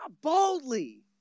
Boldly